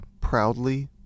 proudly